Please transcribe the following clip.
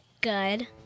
Good